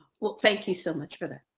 well, thank you so much for the.